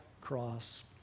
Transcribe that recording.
cross